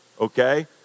Okay